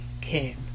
came